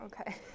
Okay